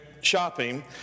shopping